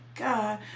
God